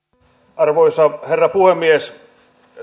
arvoisa herra puhemies